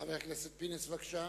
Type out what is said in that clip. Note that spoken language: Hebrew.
חבר הכנסת פינס, בבקשה.